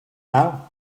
now